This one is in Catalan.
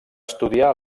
estudiar